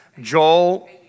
Joel